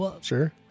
Sure